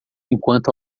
enquanto